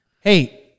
Hey